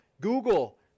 Google